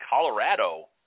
Colorado